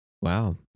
wow